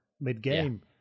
mid-game